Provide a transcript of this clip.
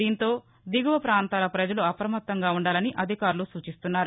దీంతో దిగువ ప్రాంతాల పజలు అప్రమత్తంగా ఉండాలని అధికారులు సూచిస్తున్నారు